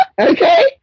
Okay